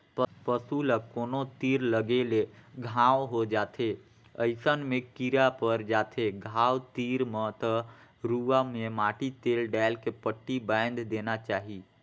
पसू ल कोनो तीर लगे ले घांव हो जाथे अइसन में कीरा पर जाथे घाव तीर म त रुआ में माटी तेल डायल के पट्टी बायन्ध देना चाही